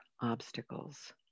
obstacles